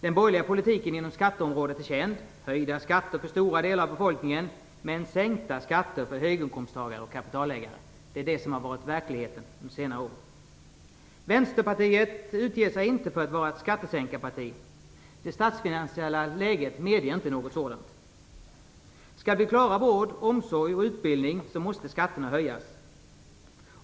Den borgerliga politiken inom skatteområdet är känd, dvs. höjda skatter för stora delar av befolkningen, men sänkta skatter för höginkomsttagare och kapitalägare. Det är det som har varit verkligheten under senare år. Vänsterpartiet utger sig inte för att vara ett skattesänkarparti. Det statsfinansiella läget medger inte något sådant. Skall vi klara vård, omsorg och utbildning måste skatterna höjas.